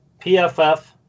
pff